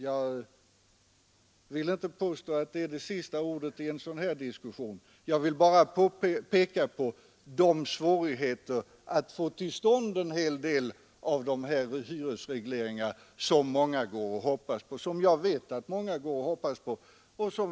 Jag vill inte påstå att detta är sista ordet i en sådan här diskussion. Jag vill bara peka på svårigheterna att få till stånd en hel del av de hyressänkningar som jag vet att många går och hoppas på.